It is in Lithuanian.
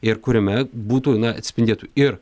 ir kuriame būtų na atsispindėtų ir